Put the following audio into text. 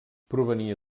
provenia